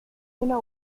know